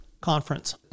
conference